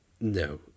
No